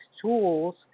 tools